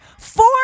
four